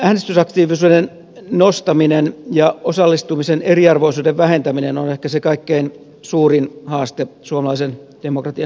äänestysaktiivisuuden nostaminen ja osallistumisen eriarvoisuuden vähentäminen on ehkä se kaikkein suurin haaste suomalaisen demokratian nykytilassa